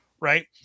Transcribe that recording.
right